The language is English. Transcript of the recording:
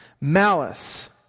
Malice